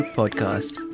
podcast